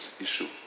issue